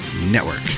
network